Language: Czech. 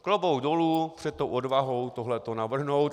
Klobouk dolů před odvahou tohle navrhnout.